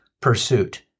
pursuit